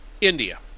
India